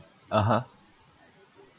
(uh huh)